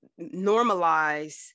normalize